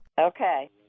Okay